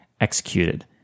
executed